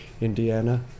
Indiana